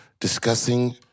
discussing